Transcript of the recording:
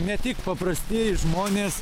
ne tik paprastieji žmonės